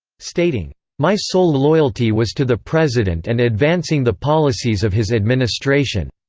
stating my sole loyalty was to the president and advancing the policies of his administration.